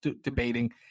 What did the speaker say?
debating